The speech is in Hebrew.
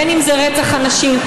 בין שזה רצח נשים,